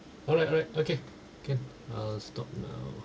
alright alright okay can I'll stop now